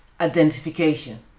identification